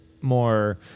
more